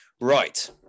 Right